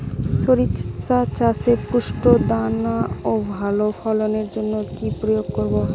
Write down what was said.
শরিষা চাষে পুষ্ট দানা ও ভালো ফলনের জন্য কি প্রয়োগ করব?